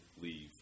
leave